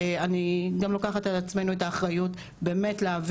אני גם לוקחת על עצמנו את האחריות באמת להביא